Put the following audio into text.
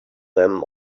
them